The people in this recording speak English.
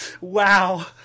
wow